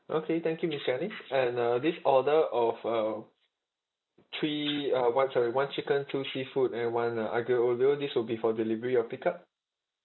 okay thank you miss shelly and uh this order of uh three uh one sorry one chicken two seafood and one uh aglio olio this would be for delivery or pick up